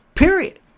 period